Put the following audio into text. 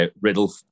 Riddle